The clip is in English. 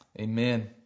Amen